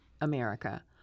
America